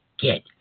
get